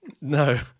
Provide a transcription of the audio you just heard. No